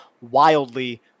wildly